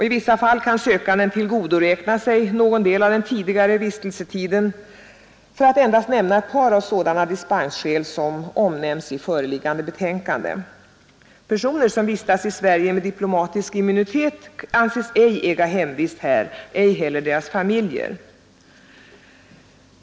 I vissa fall kan sökanden tillgodoräkna sig någon del av den tidigare vistelsetiden. Jag kan endast nämna ett par av sådana dispensskäl som omnämns i föreliggande betänkande. Personer som vistas i Sverige med diplomatisk immunitet anses ej äga hemvist här, ej heller deras familjer.